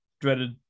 dreaded